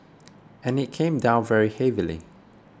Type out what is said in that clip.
and it came down very heavily